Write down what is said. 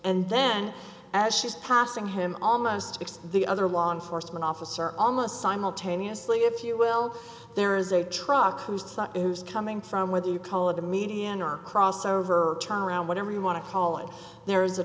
and then as she's passing him almost it's the other law enforcement officer almost simultaneously if you will there is a truck whose turn is coming from whether you call it a median or crossover turnaround whatever you want to call it there is a